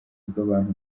rw’abantu